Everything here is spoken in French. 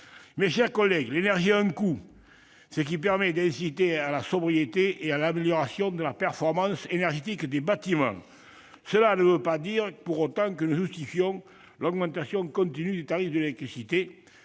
Mes chers collègues, l'énergie a un coût, ce qui permet d'inciter à la sobriété et à l'amélioration de la performance énergétique des bâtiments. Cela ne veut pas dire pour autant que nous justifions l'augmentation continue des tarifs de l'électricité.